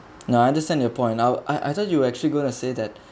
now I understand your point I I thought you were actually going to say that